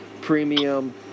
premium